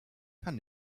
kann